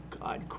God